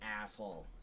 asshole